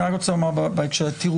וטוב שהמדינה באמת פטרנליסטית בו.